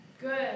Good